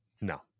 No